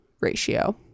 ratio